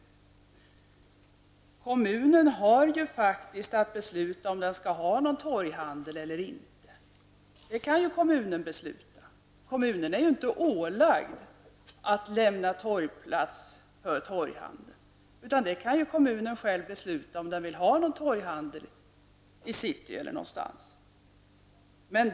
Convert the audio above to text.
Kommunerna har ju faktiskt att fatta beslut om huruvida de skall ha torghandel eller inte. Det kan kommunerna besluta själva. Kommunen är inte ålagd att lämna torgplats för torghandlare, utan kommunen kan själv besluta om man vill ha torghandel i sin stad eller ej.